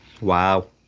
Wow